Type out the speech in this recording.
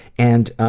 and